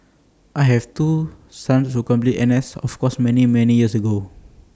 I have two sons who completed N S of course many many years ago